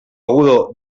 agudo